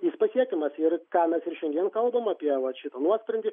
jis pasiekiamas ir ką mes ir šiandien kalbam apie vat šitą nuosprendį